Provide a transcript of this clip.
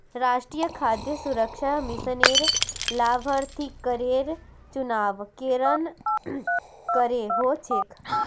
राष्ट्रीय खाद्य सुरक्षा मिशनेर लाभार्थिकेर चुनाव केरन करें हो छेक